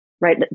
Right